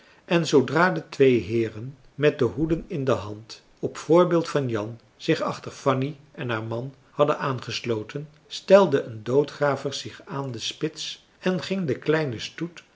en zoodra de twee heeren met de hoeden in de hand op voorbeeld van jan zich achter fanny en haar man hadden aangesloten stelde een doodgraver zich aan de spits en ging de kleine stoet